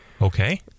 Okay